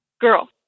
girl